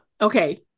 Okay